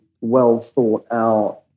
well-thought-out